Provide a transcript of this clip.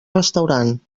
restaurant